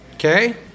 Okay